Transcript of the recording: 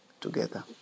together